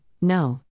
no